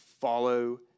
follow